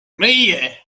meie